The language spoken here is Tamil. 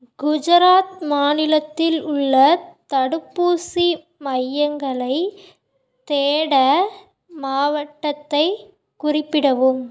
குஜராத் மாநிலத்தில் உள்ள தடுப்பூசி மையங்களைத் தேட மாவட்டத்தைக் குறிப்பிடவும்